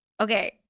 Okay